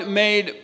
made